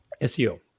SEO